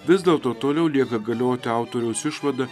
vis dėlto toliau lieka galioti autoriaus išvada